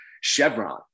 chevron